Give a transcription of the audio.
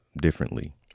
differently